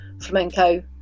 flamenco